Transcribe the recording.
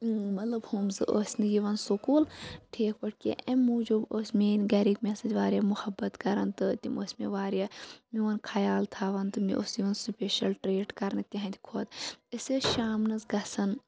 مطلب ہُم زٕ ٲسۍ نہٕ یِوان سکول ٹھیک پٲٹھۍ کیٚنٛہہ اَمہِ موٗجوٗب ٲسۍ میٚٲنۍ گَرِکۍ مےٚ سۭتۍ واریاہ محبت کَران تہٕ تِم ٲسۍ مےٚ واریاہ میٚون خیال تھاوان تہٕ مےٚ اوس یِوان سٕپیشَل ٹریٖٹ کَرنہٕ تِہند کھۄتہٕ أسۍ ٲسۍ شامَس گَژھان